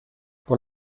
por